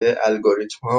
الگوریتمها